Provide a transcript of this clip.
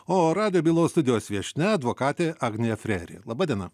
o radijo bylos studijos viešnia advokatė agnė freri laba diena